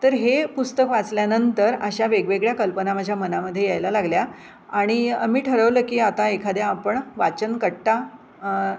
तर हे पुस्तक वाचल्यानंतर अशा वेगवेगळ्या कल्पना माझ्या मनामध्ये यायला लागल्या आणि मी ठरवलं की आता एखाद्या आपण वाचन कट्टा